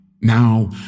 Now